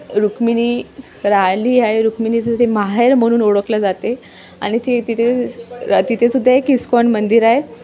रुक्मिणी राहली आहे रुक्मिणीचं ते माहेर म्हणून ओळखलं जाते आणि ते तिथे तिथे सुद्धा एक इस्कॉन मंदि आहे